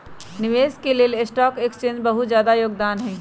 निवेशक स के लेल स्टॉक एक्सचेन्ज के बहुत जादा योगदान हई